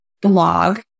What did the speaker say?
blog